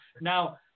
Now